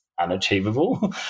Unachievable